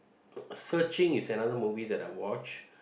searching is another movie that I watch